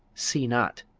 see not,